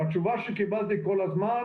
והתשובה שקיבלתי כל הזמן